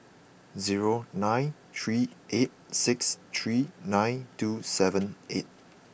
zero nine three eight six three nine two seven eight